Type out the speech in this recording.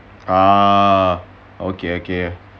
ah okay okay